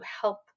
help